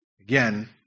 Again